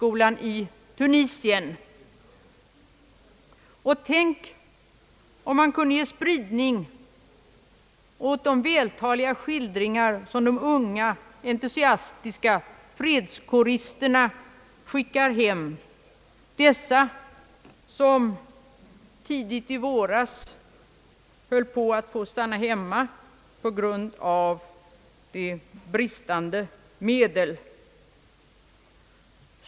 Och tänk, om man kunde ge spridning åt de vältaliga skildringar som de unga, entusiastiska fredskåristerna skickar hem, dessa som tidigt i våras höll på att få stanna hemma på grund av bristande medel.